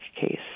case